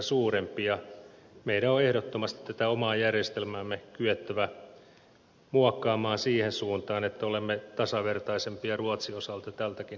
meidän on ehdottomasti tätä omaa järjestelmäämme kyettävä muokkaamaan siihen suuntaan että olemme tasavertaisempia ruotsin kanssa tältäkin osalta